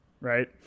right